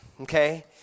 okay